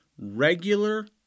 Regular